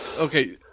okay